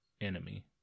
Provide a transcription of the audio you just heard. enemy